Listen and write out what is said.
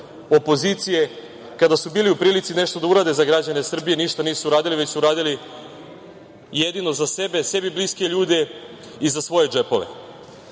opozicije, kada su bili u prilici nešto da urade za građane Srbije ništa nisu uradili, već su uradili jedino za sebe, sebi bliske ljude i za svoje